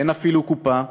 "אין אפילו קופה,